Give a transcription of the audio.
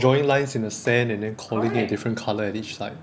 drawing lines in the sand and then calling it a different colour at each side